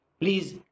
Please